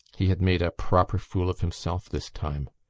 he had made a proper fool of himself this time.